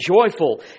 joyful